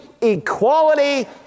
equality